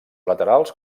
laterals